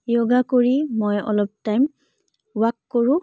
য়োগা কৰি মই অলপ টাইম ৱাক কৰোঁ